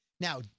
Now